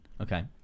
okay